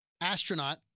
astronaut